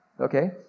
Okay